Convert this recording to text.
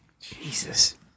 Jesus